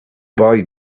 boy